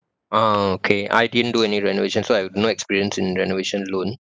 oh okay I didn't do any renovation so I have no experience in renovation loan